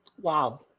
Wow